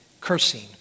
cursing